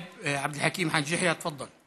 עבד אל חכים חאג' יחיא, תפדל.